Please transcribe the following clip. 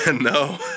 No